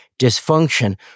dysfunction